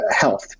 health